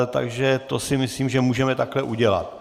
Takže to si myslím, že můžeme takhle udělat.